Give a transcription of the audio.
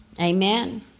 Amen